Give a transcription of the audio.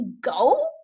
go